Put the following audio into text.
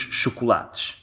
chocolates